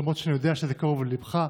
למרות שאני יודע שזה קרוב לליבך,